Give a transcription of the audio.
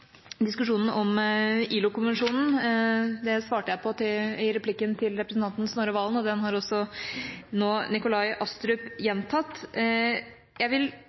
svarte jeg på i replikken til representanten Snorre Serigstad Valen, og det har også nå Nikolai Astrup gjentatt. Jeg vil